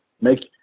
Make